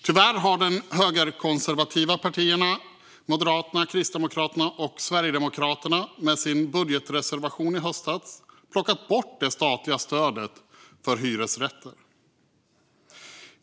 Tyvärr har de högerkonservativa partierna Moderaterna, Kristdemokraterna och Sverigedemokraterna genom sin budgetreservation i höstas plockat bort det statliga stödet för hyresrätter.